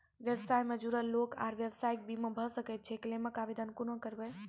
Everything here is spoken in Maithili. व्यवसाय सॅ जुड़ल लोक आर व्यवसायक बीमा भऽ सकैत छै? क्लेमक आवेदन कुना करवै?